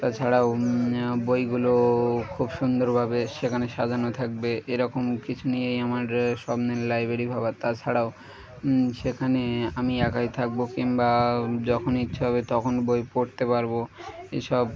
তাছাড়াও বইগুলো খুব সুন্দরভাবে সেখানে সাজানো থাকবে এরকম কিছু নিয়েই আমার স্বপ্নের লাইব্রেরি ভাবা তাছাড়াও সেখানে আমি একাই থাকব কিংবা যখন ইচ্ছা হবে তখন বই পড়তে পারব এসব